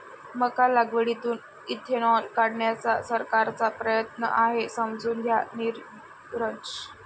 मका लागवडीतून इथेनॉल काढण्याचा सरकारचा प्रयत्न आहे, समजून घ्या नीरज